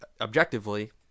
objectively